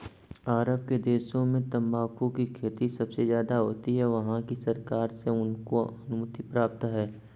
अरब के देशों में तंबाकू की खेती सबसे ज्यादा होती है वहाँ की सरकार से उनको अनुमति प्राप्त है